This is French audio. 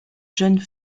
jeune